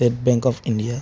state bank of India